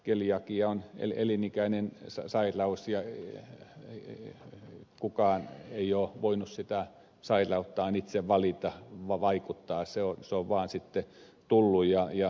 keliakia on elinikäinen sairaus ja kukaan ei ole voinut sitä sairauttaan itse valita siihen vaikuttaa se on vaan tullut